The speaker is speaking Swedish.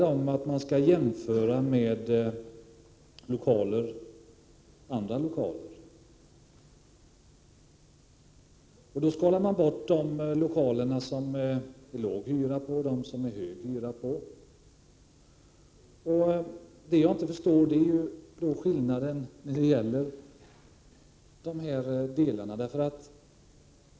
Det skall alltså göras en jämförelse med andra lokaler, varvid man räknar bort de lokaler som har en låg hyra och de som har en hög hyra. Jag förstår inte vari skillnaderna ligger i dessa delar.